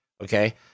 Okay